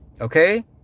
okay